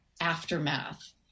aftermath